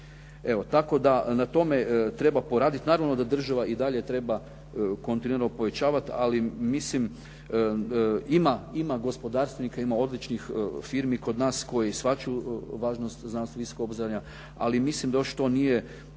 Evo, tako da na tome treba poraditi. Naravno da država i dalje treba kontinuirano povećavati, ali mislim ima gospodarstvenika, ima odličnih firmi kod nas koji shvaćaju važnost … /Govornik se ne razumije./ … ali mislim da još to nije